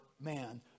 man